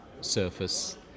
surface